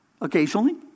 Occasionally